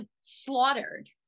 slaughtered